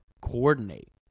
coordinate